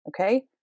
Okay